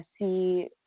see